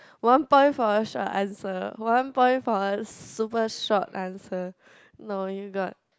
one point for a short answer one point for a super short answer no you got